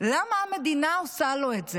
למה המדינה עושה לו את זה.